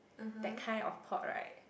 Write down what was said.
that kind of pot right